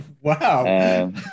Wow